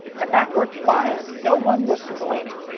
and that worked fine! no one was complaining.